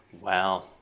Wow